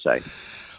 say